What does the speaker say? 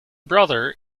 brother